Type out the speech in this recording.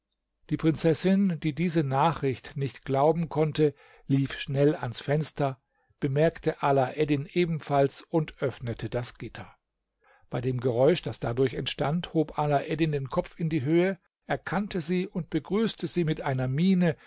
die prinzessin die diese nachricht nicht glauben konnte lief schnell ans fenster bemerkte alaeddin ebenfalls und öffnete das gitter bei dem geräusch das dadurch entstand hob alaeddin den kopf in die höhe erkannte sie und begrüßte sie mit einer miene